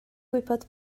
gwybod